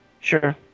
Sure